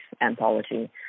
anthology